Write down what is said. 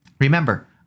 Remember